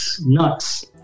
Nuts